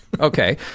Okay